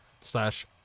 slash